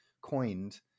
coined